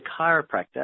chiropractor